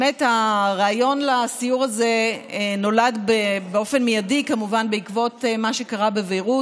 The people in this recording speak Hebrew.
הרעיון לסיור הזה נולד באופן מיידי כמובן בעקבות מה שקרה בביירות,